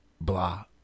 blah